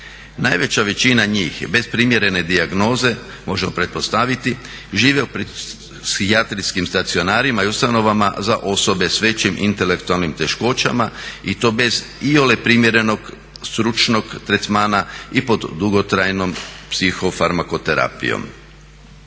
Najveća većina njih bez primjerene dijagnoze možemo pretpostaviti, žive pred psihijatrijskim stacionarima i ustanovama za osobe s većim intelektualnim teškoćama i to bez iole primjerenog stručnog tretmana i pod dugotrajnom psihofarmakoterapijom.